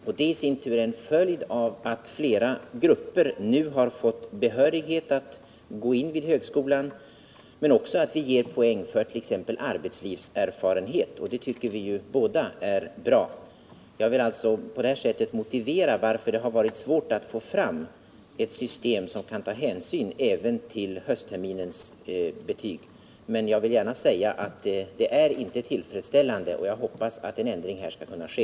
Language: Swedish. Det är i sin tur en följd av att fler grupper nu har fått behörighet att gå in vid högskolan, men också en följd av att vi ger poäng för t.ex. arbetslivserfarenhet — och det tycker vi ju båda är bra. Jag vill alltså på det här sättet förklara varför det har varit svårt att få fram ett system som kan ta hänsyn även till höstterminens betyg. Men jag vill gärna säga att situationen inte är tillfredsställande, och jag hoppas att en ändring härvidlag skall kunna ske.